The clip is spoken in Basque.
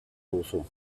duzu